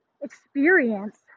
experience